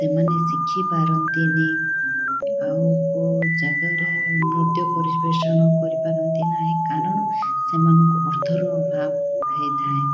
ସେମାନେ ଶିଖିପାରନ୍ତିନି ଆଉ କେଉଁ ଜାଗାରେ ନୃତ୍ୟ ପରିପେଷଣ କରିପାରନ୍ତି ନାହିଁ କାରଣ ସେମାନଙ୍କୁ ଅର୍ଥର ଅଭାବ ହେଇଥାଏ